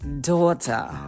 daughter